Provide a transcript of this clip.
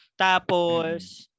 tapos